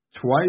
Twice